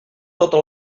tota